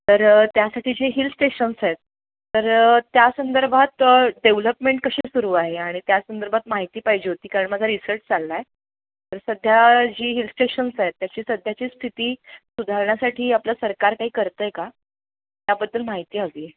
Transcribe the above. तर त्यासाठी जे हिल स्टेशन्स आहेत तर त्या संदर्भात डेव्हलपमेंट कशी सुरू आहे आणि त्या संदर्भात माहिती पाहिजे होती कारण माझा रिसर्च चालला आहे तर सध्या जी हिल स्टेशन्स आहेत त्याची सध्याची स्थिती सुधारण्यासाठी आपलं सरकार काही करतं आहे का त्याबद्दल माहिती हवी आहे